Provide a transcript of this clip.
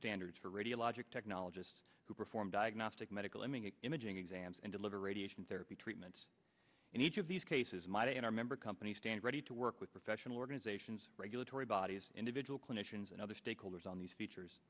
standards for radiologic technologist who perform diagnostic medical imaging exams and deliver radiation therapy treatment and each of these cases might in our member companies stand ready to work with professional organizations regulatory bodies individual clinicians and other stakeholders on these features